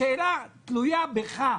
השאלה תלויה בך.